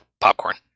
Popcorn